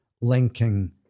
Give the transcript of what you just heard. linking